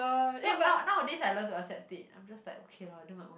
so now nowadays I learn to accept it I'm just like okay lor I do my own